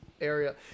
area